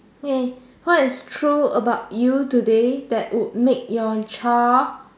hey what is true about you today that would make your child